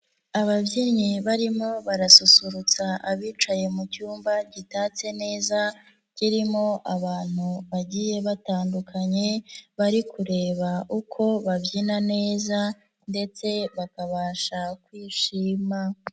Ababyinnyi barimo barasusurutsa abicaye mu cyumba gitatse neza, kirimo abantu bagiye batandukanye, bari kureba uko babyina neza ndetse bakabasha kwishima.